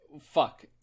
fuck